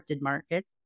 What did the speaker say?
markets